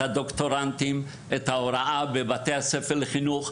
הדוקטורנטים; את ההוראה בבתי הספר לחינוך.